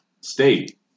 state